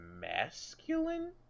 masculine